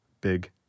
big